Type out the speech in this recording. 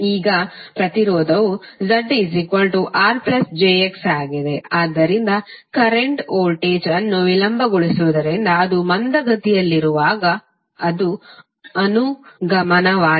ಈಗ ಪ್ರತಿರೋಧವು ZRjXಆಗಿದೆ ಆದ್ದರಿಂದ ಕರೆಂಟ್ ವೋಲ್ಟೇಜ್ ಅನ್ನು ವಿಳಂಬಗೊಳಿಸುವುದರಿಂದ ಅದು ಮಂದಗತಿಯಲ್ಲಿರುವಾಗ ಅದು ಅನುಗಮನವಾಗಿರುತ್ತದೆ